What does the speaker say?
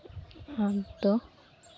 ᱟᱫᱚ